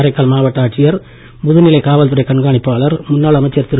காரைக்கால் மாவட்ட ஆட்சியர் முதுநிலை காவல்துறை கண்காணிப்பாளர் முன்னாள் அமைச்சர் திரு